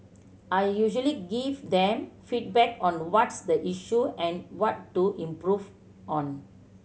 I usually give them feedback on what's the issue and what to improve on